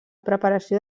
preparació